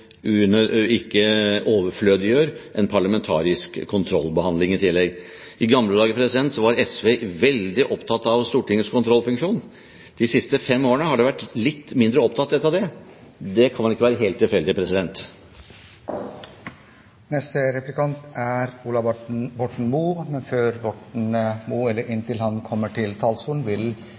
selv ikke overflødiggjør en parlamentarisk kontrollbehandling i tillegg. I gamle dager var SV veldig opptatt av Stortingets kontrollfunksjon. De siste fem årene har det vært litt mindre opptatthet av det. Det kan vel ikke være helt tilfeldig. Presidenten vil be om at begrepet «å legge seg flat», særlig brukt om andre representanter og statsråder, bør man prøve å unngå. Det er